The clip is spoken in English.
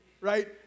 right